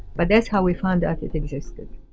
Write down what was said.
but that's how we found out it existed.